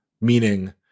meaning